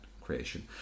creation